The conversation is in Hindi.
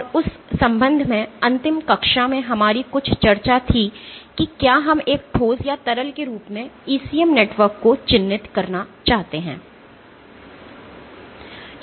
और उस संबंध में अंतिम कक्षा में हमारी कुछ चर्चा थी कि क्या हम एक ठोस या तरल के रूप में ECM नेटवर्क को चिह्नित करना चाहते हैं